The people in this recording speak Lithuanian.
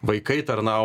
vaikai tarnauja